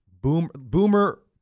boomer